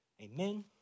Amen